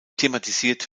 thematisiert